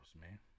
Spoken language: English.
man